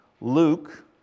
Luke